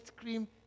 cream